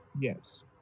Yes